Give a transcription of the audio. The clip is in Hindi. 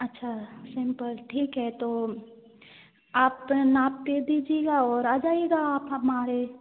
अच्छा सिम्पल ठीक है तो आप नाप दे दीजिएगा और आ जाइएगा आप हमारे